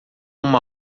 uma